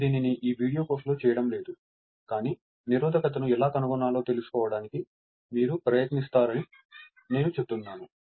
నేను దీనిని ఈ వీడియో కోర్సులో చేయడం లేదు కానీ నిరోధకతను ఎలా కనుగొనాలో తెలుసుకోవడానికి మీరు ప్రయత్నిస్తారని నేను చెప్తున్నాను